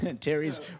Terry's